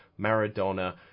Maradona